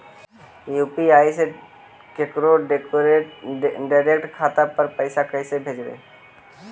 UPI से केकरो direct खाता पर पैसा कैसे भेजबै?